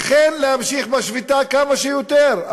אכן, להמשיך בשביתה כמה שיותר.